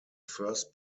first